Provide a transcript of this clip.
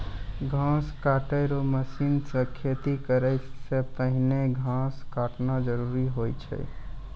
घास काटै केरो मसीन सें खेती करै सें पहिने घास काटना जरूरी होय छै?